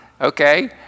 okay